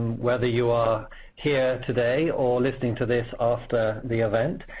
whether you are here today or listening to this after the event.